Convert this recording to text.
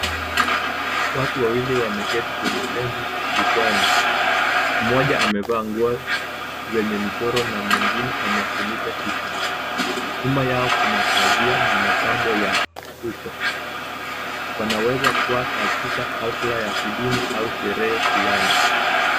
Watu wawili wameketi kwenye benchi jukwaani. Mmoja amevaa nguo zenye michoro na mwingine amefunika kichwa. Nyuma yao kuna pazia na mapambo ya mvuto. Wanaweza kuwa katika hafla ya kidini au sherehe fulani.